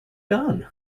done